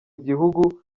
gihugu